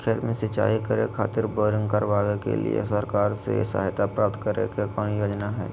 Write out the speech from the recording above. खेत में सिंचाई करे खातिर बोरिंग करावे के लिए सरकार से सहायता प्राप्त करें के कौन योजना हय?